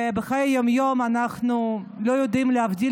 ובחיי היום-יום אנחנו לא יודעים להבדיל,